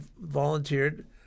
volunteered